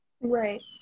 Right